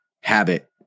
habit